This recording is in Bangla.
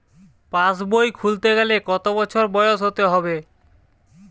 পাশবই খুলতে গেলে কত বছর বয়স হতে হবে?